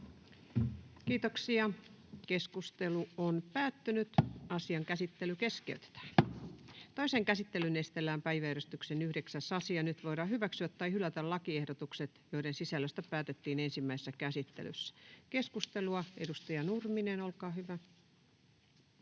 toimiin eikä vain katsoa sivusta tätä tilannetta. Toiseen käsittelyyn esitellään päiväjärjestyksen 10. asia. Nyt voidaan hyväksyä tai hylätä lakiehdotukset, joiden sisällöstä päätettiin ensimmäisessä käsittelyssä. — Keskustelu siis jatkuu. Edustaja Nurminen, olkaa hyvä.